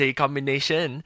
combination